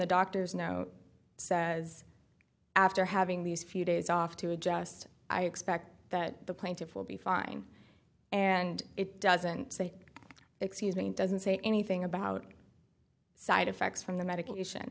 doctor's note says after having these few days off to adjust i expect that the plaintiff will be fine and it doesn't say excuse me it doesn't say anything about side effects from the medication